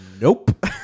Nope